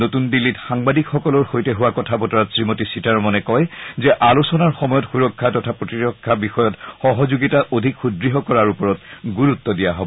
নতুন দিল্লীত সাংবাদিকসকলৰ সৈতে হোৱা কথা বতৰাত শ্ৰীমতী সীতাৰমণে কয় যে আলোচনাৰ সময়ত সুৰক্ষা তথা প্ৰতিৰক্ষা বিষয়ত সহযোগিতা সুদৃঢ় কৰাৰ ওপৰত অধিক গুৰুত্ব দিয়া হব